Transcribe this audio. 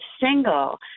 single